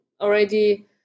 already